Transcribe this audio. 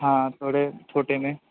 हाँ थोड़े छोटे में